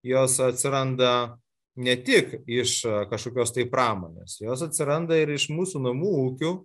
jos atsiranda ne tik iš kažkokios tai pramonės jos atsiranda ir iš mūsų namų ūkių